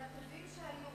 מן הטובים שבהם.